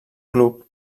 club